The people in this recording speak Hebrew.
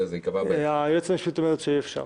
אלא זה ייקבע --- היועצת המשפטית אומרת שאי אפשר.